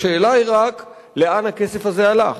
השאלה היא רק לאן הכסף הזה הלך.